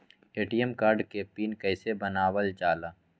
ATM card के pin कैसे बनावल जाला?